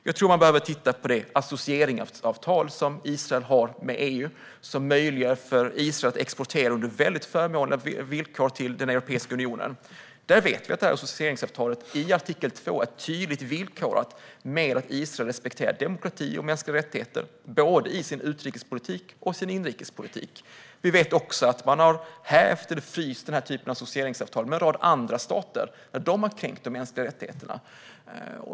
Jag tror att man behöver titta på det associeringsavtal Israel har med EU och som möjliggör för Israel att exportera till Europeiska unionen till mycket förmånliga villkor. Vi vet att det i associeringsavtalets artikel 2 finns ett tydligt villkor om att Israel ska respektera demokrati och mänskliga rättigheter både i sin utrikespolitik och i sin inrikespolitik. Vi vet också att man har hävt eller fryst den här typen av associeringsavtal med en rad andra stater när de har kränkt de mänskliga rättigheterna.